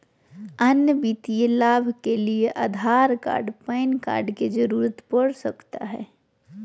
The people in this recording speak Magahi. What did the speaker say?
अन्य वित्तीय लाभ के लिए आधार कार्ड पैन कार्ड की जरूरत पड़ सकता है?